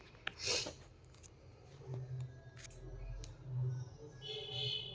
ringworm, brucellosis, anthrax ಇವು ಕೂಡಾ ರೋಗಗಳು ಬರತಾ